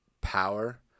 power